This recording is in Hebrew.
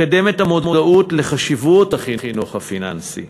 לקדם את המודעות לחשיבות החינוך הפיננסי,